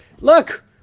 Look